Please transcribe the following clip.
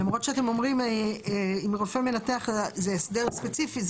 למרות שאתם אומרים רופא מנתח זה הסדר ספציפי.